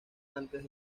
antes